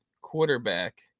quarterback